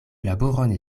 laboron